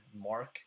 mark